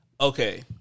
Okay